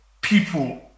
people